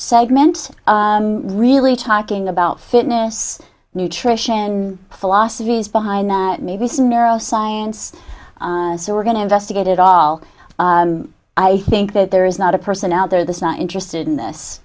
segment really talking about fitness nutrition and philosophies behind maybe some narrow science so we're going to investigate it all i think that there is not a person out there that's not interested in this